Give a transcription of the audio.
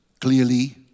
clearly